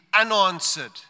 unanswered